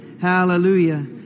Hallelujah